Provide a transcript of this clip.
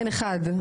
אין אחד.